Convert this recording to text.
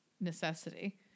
necessity